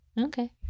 Okay